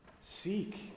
Seek